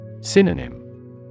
Synonym